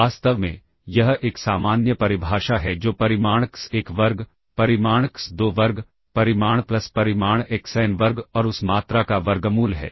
वास्तव में यह एक सामान्य परिभाषा है जो परिमाण x1 वर्ग परिमाण x2 वर्ग परिमाण प्लस परिमाण xn वर्ग और उस मात्रा का वर्गमूल है